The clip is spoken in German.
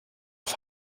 auf